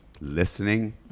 listening